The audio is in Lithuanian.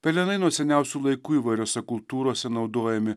pelenai nuo seniausių laikų įvairiose kultūrose naudojami